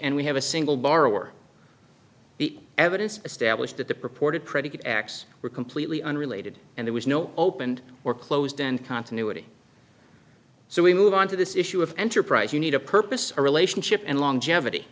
and we have a single borrower the evidence established that the purported pretty good acts were completely unrelated and there was no opened or closed and continuity so we move on to this issue of enterprise you need a purpose our relationship and longevity